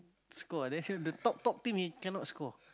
score ah the top top team he cannot score